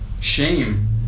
Shame